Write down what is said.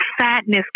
sadness